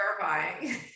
terrifying